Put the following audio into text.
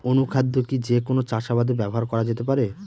অনুখাদ্য কি যে কোন চাষাবাদে ব্যবহার করা যেতে পারে?